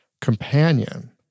companion